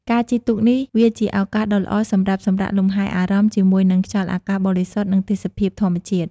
ការជិះទូកនេះ វាជាឱកាសដ៏ល្អសម្រាប់សម្រាកលំហែអារម្មណ៍ជាមួយនឹងខ្យល់អាកាសបរិសុទ្ធនិងទេសភាពធម្មជាតិ។